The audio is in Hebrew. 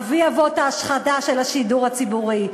אבי-אבות ההשחתה של השידור הציבורי.